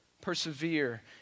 Persevere